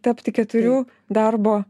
tapti keturių darbo